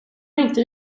inte